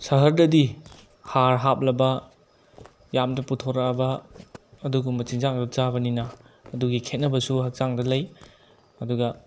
ꯁꯍꯔꯗꯗꯤ ꯍꯥꯔ ꯍꯥꯞꯂꯕ ꯌꯥꯝꯅ ꯄꯨꯊꯣꯔꯛꯑꯕ ꯑꯗꯨꯒꯨꯝꯕ ꯆꯤꯟꯖꯥꯛ ꯉꯥꯛ ꯆꯥꯕꯅꯤꯅ ꯑꯗꯨꯒꯤ ꯈꯦꯠꯅꯕꯁꯨ ꯍꯛꯆꯥꯡꯗ ꯂꯩ ꯑꯗꯨꯒ